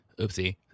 Oopsie